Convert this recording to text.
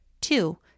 Two